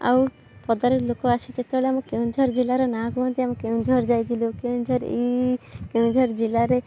ଆଉ ପଦାରେ ଲୋକ ଆସି ଯେତେବେଳେ ଆମ କେନ୍ଦୁଝର ଜିଲ୍ଲାର ନାଁ କୁହନ୍ତି ଆମ କେନ୍ଦୁଝର ଯାଇଥିଲୁ କେନ୍ଦୁଝର ଏଇ କେନ୍ଦୁଝର ଜିଲ୍ଲାରେ